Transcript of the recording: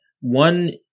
one